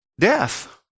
Death